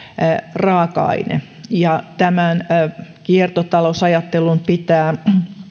raaka aine tämän kiertotalousajattelun pitää